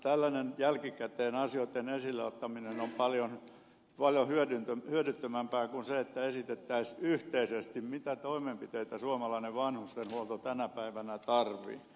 tällainen jälkikäteen asioitten esille ottaminen on paljon hyödyttömämpää kuin se että esitettäisiin yhteisesti mitä toimenpiteitä suomalainen vanhustenhuolto tänä päivänä tarvitsee